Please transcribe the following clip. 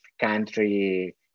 country